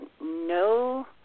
no